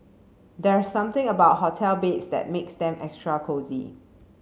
there's something about hotel beds that makes them extra cosy